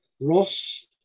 Ross